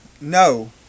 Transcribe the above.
no